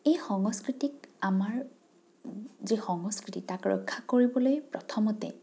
এই সংস্কৃতিক আমাৰ যি সংস্কৃতি তাক ৰক্ষা কৰিবলৈ প্ৰথমতে